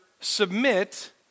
submit